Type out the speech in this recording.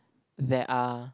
there are